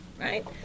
right